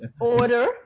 Order